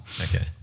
okay